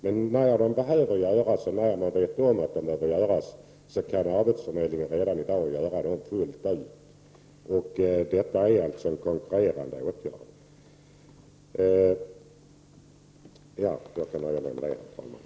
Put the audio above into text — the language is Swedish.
Men när man vet om att de behöver vidtas kan arbetsförmedlingen redan i dag vidta dem fullt ut. Detta är alltså en konkurrerande åtgärd. Jag kan nöja mig med det, herr talman.